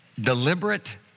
deliberate